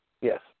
Yes